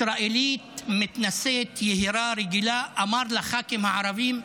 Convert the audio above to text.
ישראלית מתנשאת, יהירה, רגילה, אמר לח"כים הערבים: